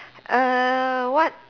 err what